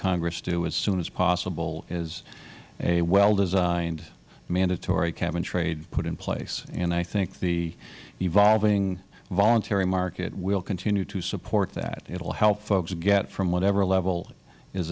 congress do as soon as possible is a well designed mandatory cap and trade put in place and i think the evolving voluntary market will continue to support that it will help folks get from whatever level is